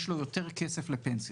יש לו יותר כסף לפנסיה.